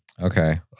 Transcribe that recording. Okay